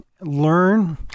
learn